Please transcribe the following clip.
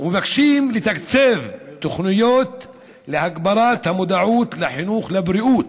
ומבקשים לתקצב תוכניות להגברת המודעות לחינוך לבריאות.